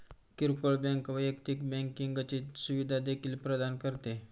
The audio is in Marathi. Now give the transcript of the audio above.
किरकोळ बँक वैयक्तिक बँकिंगची सुविधा देखील प्रदान करते